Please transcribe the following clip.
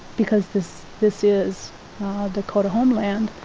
because this this is dakota homeland,